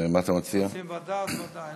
רוצים ועדה, אז ועדה.